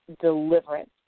Deliverance